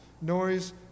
noise